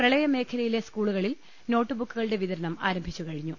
പ്രളയമേഖലയിലെ സ്കൂളു കളിൽ നോട്ട്ബുക്കുകളുടെ വിതരണം ആരംഭിച്ചുകഴിഞ്ഞു